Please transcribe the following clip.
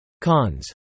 Cons